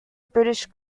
british